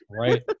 Right